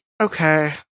okay